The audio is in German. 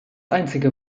einzige